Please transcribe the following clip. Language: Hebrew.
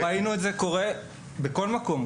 אנחנו ראינו את זה קורה בכל מקום.